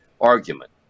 argument